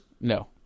no